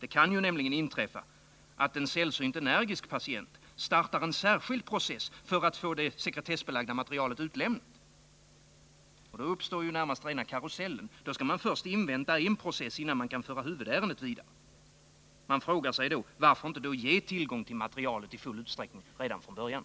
Det kan ju nämligen inträffa att en sällsynt energisk patient startar en särskild process för att få det sekretessbelagda materialet utlämnat. Då uppstår närmast rena karusellen. Då skall man först invänta en process innan man kan föra huvudärendet vidare. Man frågar sig: Varför inte då ge tillgång till materialet i full utsträckning redan från början?